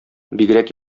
бигрәк